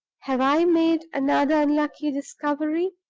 have i made another unlucky discovery?